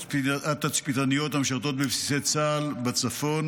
התצפיתניות המשרתות בבסיסי צה"ל בצפון